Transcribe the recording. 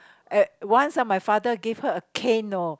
and once my father gave her a cane you know